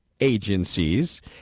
agencies